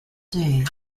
day